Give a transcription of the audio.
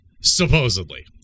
supposedly